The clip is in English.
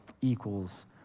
equals